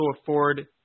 afford